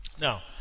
Now